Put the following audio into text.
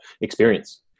experience